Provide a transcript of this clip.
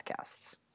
podcasts